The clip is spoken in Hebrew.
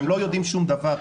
הם לא יודעים שום דבר.